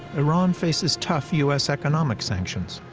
iran faces tough u s. economic sanctions,